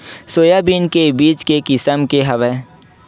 Soybean के बीज के किसम के हवय?